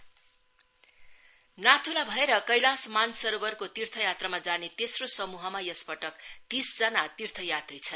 कैलाश मानसरोवर नाथ्ला भएर कैलाश मानसरोवरको तीर्थयात्रामा जाने तेस्रो समूहमा यस पटक तीसजना तीर्थयात्री छन्